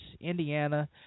Indiana